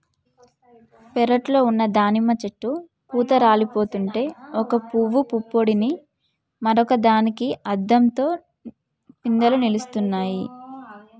పెరట్లో ఉన్న దానిమ్మ చెట్టు పూత రాలిపోతుంటే ఒక పూవు పుప్పొడిని మరొక దానికి అద్దంతో పిందెలు నిలుస్తున్నాయి